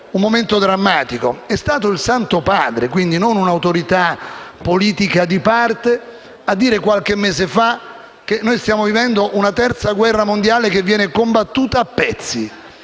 un momento drammatico. È stato il Santo Padre, e non un'autorità politica di parte, a dire qualche mese fa che noi stiamo vivendo una terza guerra mondiale che viene combattuta a pezzi.